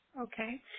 Okay